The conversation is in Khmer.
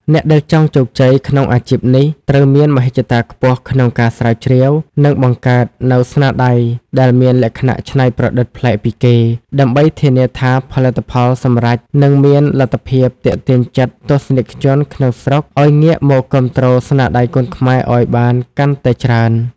អ្នកដែលចង់ជោគជ័យក្នុងអាជីពនេះត្រូវមានមហិច្ឆតាខ្ពស់ក្នុងការស្រាវជ្រាវ និងបង្កើតនូវស្នាដៃដែលមានលក្ខណៈច្នៃប្រឌិតប្លែកពីគេ ដើម្បីធានាថាផលិតផលសម្រេចនឹងមានលទ្ធភាពទាក់ទាញចិត្តទស្សនិកជនក្នុងស្រុកឱ្យងាកមកគាំទ្រស្នាដៃកូនខ្មែរឱ្យបានកាន់តែច្រើន។